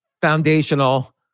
foundational